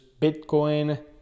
Bitcoin